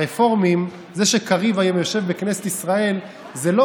זה שקריב היום יושב בכנסת ישראל זה לא